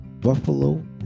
Buffalo